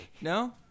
no